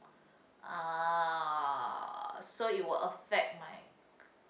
ah so it will affect my